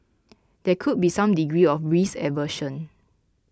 there could be some degree of risk aversion